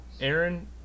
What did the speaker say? aaron